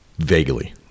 Vaguely